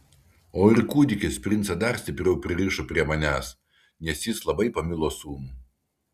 o ir kūdikis princą dar stipriau pririšo prie manęs nes jis labai pamilo sūnų